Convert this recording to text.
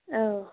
औ